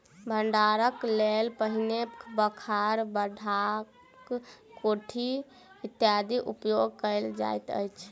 भंडारणक लेल पहिने बखार, ढाक, कोठी इत्यादिक उपयोग कयल जाइत छल